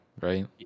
right